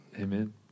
Amen